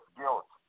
guilt